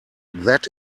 that